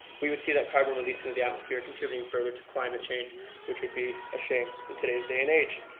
we would see that carbon released into the atmosphere, contributing further to climate change which would be a shame in today's day and age.